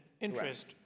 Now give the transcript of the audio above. interest